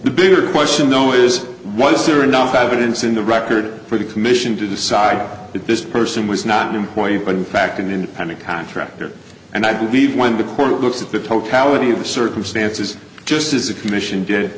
the bigger question though is what is your enough evidence in the record for the commission to decide that this person was not an employee but in fact an independent contractor and i believe when the court looks at the totality of the circumstances just as the commission did